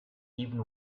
even